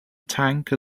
tank